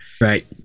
right